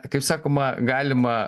kaip sakoma galima